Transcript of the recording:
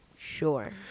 Sure